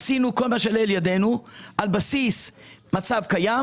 עשינו כל מה שלאל ידינו על בסיס מצב קיים,